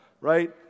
right